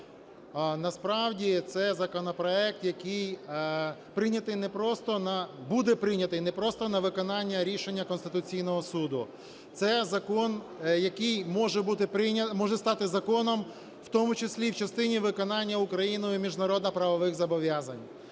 прийнятий не просто на… буде прийнятий не просто на виконання рішення Конституційного Суду. Це закон, який може стати законом в тому числі в частині виконання Україною міжнародно-правових зобов'язань.